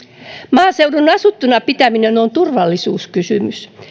maaseudun asuttuna pitäminen on turvallisuuskysymys